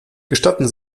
gestatten